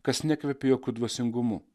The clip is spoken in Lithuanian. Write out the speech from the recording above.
kas nekvepia jokiu dvasingumu